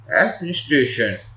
administration